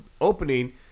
opening